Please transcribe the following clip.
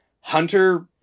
Hunter